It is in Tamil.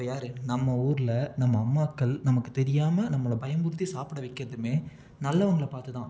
அப்போ யார் நம்ம ஊரில் நம்ம அம்மாக்கள் நமக்கு தெரியாமல் நம்மள பயமுர்த்தி சாப்பிட வைக்கிறதுமே நல்லவங்களை பார்த்துதான்